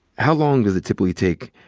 how long does it typically take,